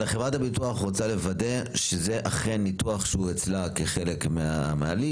אבל חברת הביטוח רוצה לוודא שזה אכן ניתוח שהוא אצלה כחלק מהליסט.